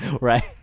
Right